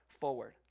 forward